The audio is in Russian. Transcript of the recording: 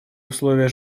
условия